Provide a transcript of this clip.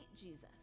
Jesus